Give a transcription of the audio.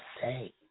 say